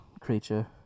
creature